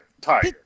tiger